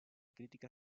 crítica